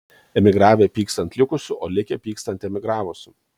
emigravę pyksta ant likusių o likę pyksta ant emigravusių